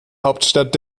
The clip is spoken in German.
hauptstadt